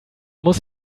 muss